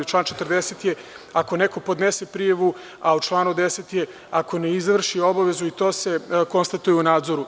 Član 40. je ako neko podnese prijavu, a u članu 10. je ako ne izvrši obavezu i to se konstatuje u nadzoru.